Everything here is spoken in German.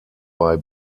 bei